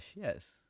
yes